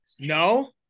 no